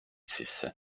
sisse